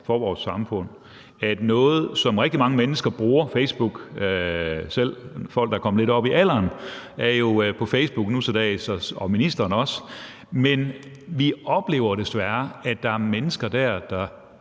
når det handler om noget, som rigtig mange mennesker bruger – selv folk, der er kommet lidt op i årene, er jo på Facebook nu til dags, og det er ministeren også – desværre oplever, at der er mennesker, der